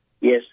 Yes